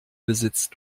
besitzt